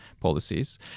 policies